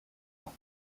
ans